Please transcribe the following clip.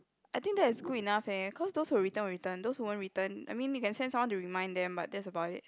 I think that is good enough eh cause those who will return will return those who won't return I mean we can send someone to remind them but that's about it